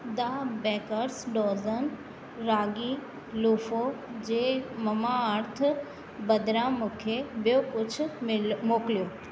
the baker's dozen ragi लोफो जे Mamaearth बदिरां मूंखे ॿियो कुझु मिल मोकिलियो